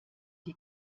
die